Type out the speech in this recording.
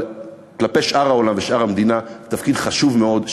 אבל כלפי שאר העולם ושאר המדינה זה תפקיד חשוב מאוד,